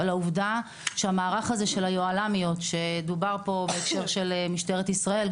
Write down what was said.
המערך של היוהל"מיות שדובר פה בהקשר של משטרת ישראל,